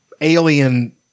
alien